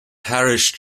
parish